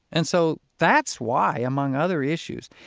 and so that's why, among other issues,